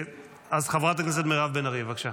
אז חברת הכנסת מירב בן ארי, בבקשה.